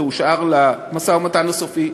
זה הושאר למשא-ומתן הסופי,